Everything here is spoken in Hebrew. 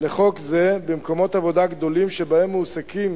לחוק זה במקומות עבודה גדולים, שבהם מועסקים